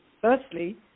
Firstly